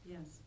Yes